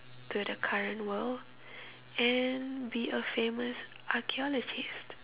to the current world and be a famous archaeologist